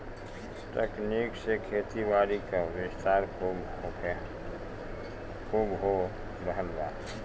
तकनीक से खेतीबारी क विस्तार खूब हो रहल बा